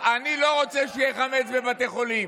אני לא רוצה שיהיה חמץ בבתי חולים,